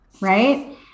right